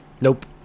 Nope